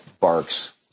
barks